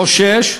חושש,